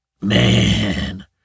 man